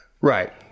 Right